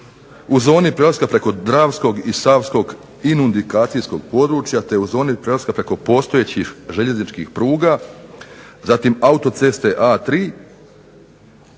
u zoni prelaska preko Dravskog i SAvskog inundikacijskog područja, te u zoni prelaska preko postojećih željezničkih pruga, zatim autoceste A3,